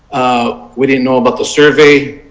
ah we didn't know about the survey.